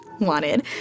wanted